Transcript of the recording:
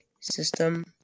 system